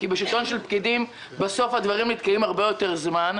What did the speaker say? כי בשלטון של פקידים בסוף הדברים נתקעים הרבה יותר זמן.